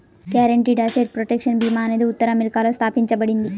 guaranteed asset protection భీమా అనేది ఉత్తర అమెరికాలో స్థాపించబడింది